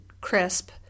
crisp